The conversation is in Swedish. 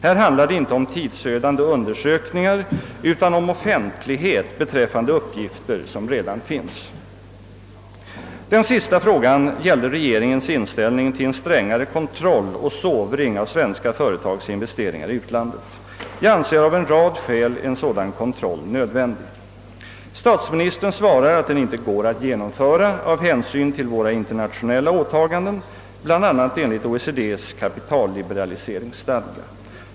Här handlar det inte om tidsödande undersökningar utan om offentlighet beträffande uppgifter som redan finns. Den sista frågan gällde regeringens inställning till en strängare kontroll och sovring av svenska företags investeringar i utlandet. Jag anser av en rad skäl en sådan kontroll nödvändig. Statsministern svarar att den inte går att genomföra av hänsyn till våra internationella åtaganden, bl.a. enligt OECD:s kapitalliberaliseringsstadgar.